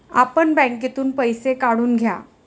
आपण बँकेतून पैसे काढून घ्या